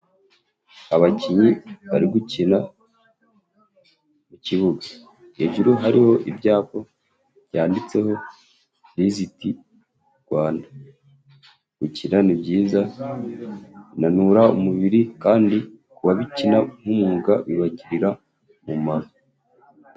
Abakinnyi bari gukina mu kibuga. Hejuru hariho ibyapa byanditseho viziti Rwanda. Gukina ni byiza binanura umubiri, kandi kubabikina nk'umwuga bibagirira mumaro.